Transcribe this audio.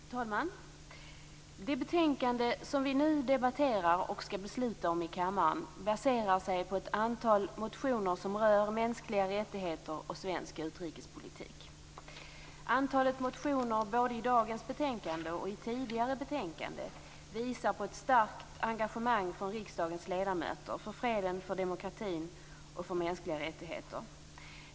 Fru talman! Det betänkande som vi nu debatterar och skall besluta om i kammaren baserar sig på ett antal motioner som rör mänskliga rättigheter och svensk utrikespolitik. Antalet motioner både i dagens betänkande och i tidigare betänkanden visar på ett starkt engagemang från riksdagens ledamöter för freden, för demokratin och för mänskliga rättigheter.